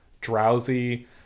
drowsy